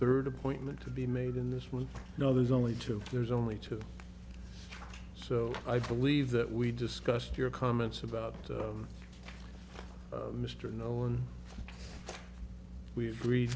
third appointment to be made in this one no there's only two there's only two so i believe that we discussed your comments about mr noel and we agreed